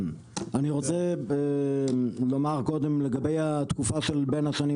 אני רוצה לומר קודם לגבי התקופה של בין השנים